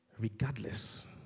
Regardless